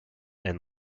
and